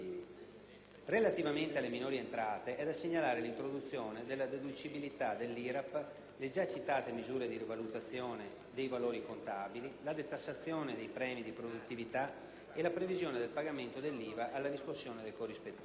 Relativamente alle minori entrate, è da segnalare l'introduzione della deducibilità dell'IRAP, le già citate misure di rivalutazione dei valori contabili, la detassazione dei premi di produttività e la previsione del pagamento dell'IVA alla riscossione del corrispettivo.